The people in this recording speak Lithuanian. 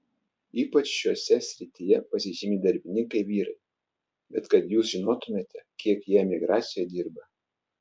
ypač šiose srityje pasižymi darbininkai vyrai bet kad jūs žinotumėte kiek jie emigracijoje dirba